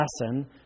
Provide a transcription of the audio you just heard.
lesson